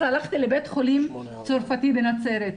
אז הלכתי לבית חולים הצרפתי בנצרת.